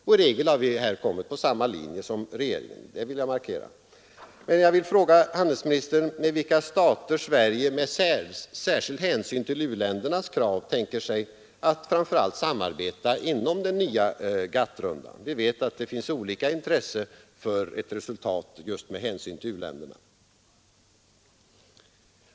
I regel har vi här kommit på samma linje som regeringen, det vill jag markera. Men jag vill fråga handelsministern med vilka stater Sverige, med särskild hänsyn till u-ländernas krav, tänker sig att framför allt samarbeta inom den nya GATT-rundan; vi vet att det finns olika intresse för ett resultat just med hänsyn till u-länderna.